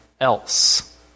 else